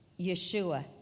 Yeshua